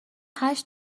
هشت